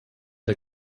der